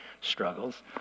struggles